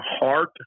heart